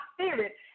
spirit